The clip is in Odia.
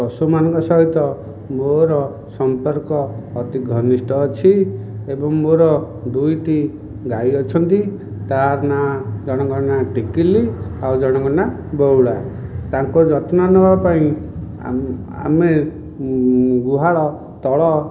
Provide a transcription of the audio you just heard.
ପଶୁମାନଙ୍କ ସହିତ ମୋର ସମ୍ପର୍କ ଅତି ଘନିଷ୍ଠ ଅଛି ଏବଂ ମୋର ଦୁଇଟି ଗାଈ ଅଛନ୍ତି ତାହାର ନାଁ ଜଣଙ୍କର ନାଁ ଟିକିଲି ଆଉ ଜଣଙ୍କ ନାଁ ବଉଳା ତାଙ୍କ ଯତ୍ନ ନେବା ପାଇଁ ଆମ ଆମେ ଗୁହାଳ ତଳ